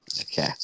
Okay